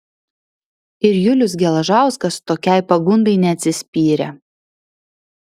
ir julius geležauskas tokiai pagundai neatsispyrė